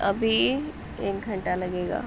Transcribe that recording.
ابھی ایک گھنٹہ لگے گا